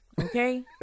okay